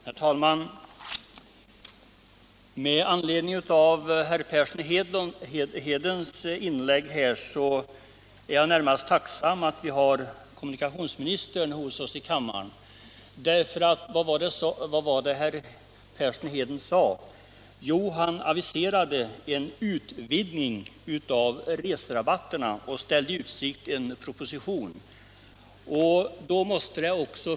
Herr talman! Med anledning av herr Perssons i Heden inlägg är jag tacksam att vi har kommunikationsministern hos oss i kammaren. Vad var det herr Persson sade? Jo, han aviserade en utvidgning av reserabatterna och ställde i utsikt en proposition.